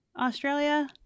Australia